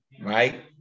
right